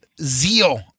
zeal